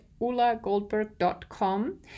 ulagoldberg.com